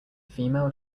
female